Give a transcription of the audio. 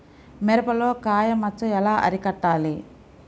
మిరపలో కాయ మచ్చ ఎలా అరికట్టాలి?